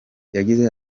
yagize